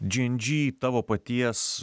džy en džy tavo paties